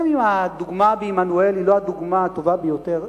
גם אם הדוגמה של עמנואל היא לא הדוגמה הטובה ביותר,